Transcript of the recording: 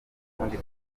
ukundi